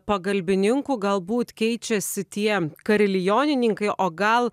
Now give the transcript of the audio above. pagalbininkų galbūt keičiasi tie karilionininkai o gal